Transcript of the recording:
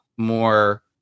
more